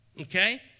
Okay